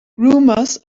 rumors